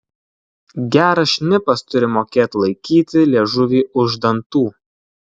geras šnipas turi mokėt laikyti liežuvį už dantų